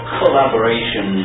collaboration